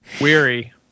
Weary